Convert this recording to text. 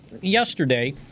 yesterday